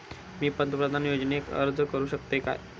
मी पंतप्रधान योजनेक अर्ज करू शकतय काय?